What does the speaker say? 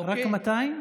רק 200?